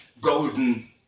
golden